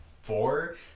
four